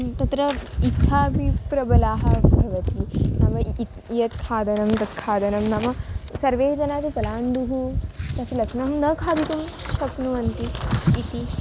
तत्र इच्छापि प्रबला भवति नाम यत् यत् खादनं तत् खादनं नाम सर्वे जनाः अपि पलाण्डुं तत् लशुनं न खादितुं शक्नुवन्ति इति